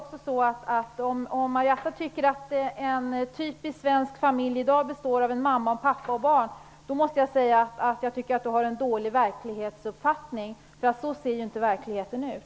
Om Marietta de Pourbaix-Lundin anser att en typisk svensk familj i dag består av mamma, pappa och barn måste jag säga att hon har en dålig verklighetsuppfattning. Så ser ju inte verkligheten ut.